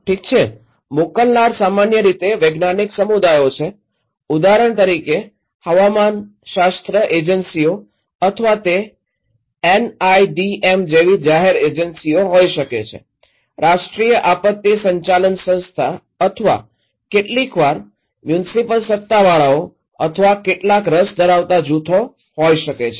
ઠીક છે મોકલનાર સામાન્ય રીતે વૈજ્ઞાનિક સમુદાયો હોય છે ઉદાહરણ તરીકે હવામાન શાસ્ત્ર એજન્સીઓ અથવા તે એનઆઇડીએમ જેવી જાહેર એજન્સીઓ હોઈ શકે છે રાષ્ટ્રીય આપત્તિ સંચાલન સંસ્થા અથવા કેટલીકવાર મ્યુનિસિપલ સત્તાવાળાઓ અથવા કેટલાક રસ ધરાવતા જૂથો હોઈ શકે છે